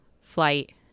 flight